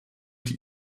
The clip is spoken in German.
die